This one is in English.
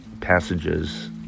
passages